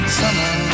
summer